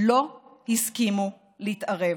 לא הסכימו להתערב.